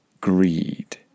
Greed